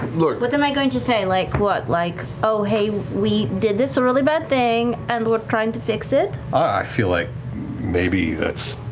laura what am i going to say, like what, like oh hey, we did this really bad thing, and we're trying to fix it? i feel like maybe it's